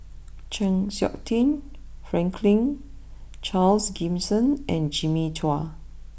Chng Seok Tin Franklin Charles Gimson and Jimmy Chua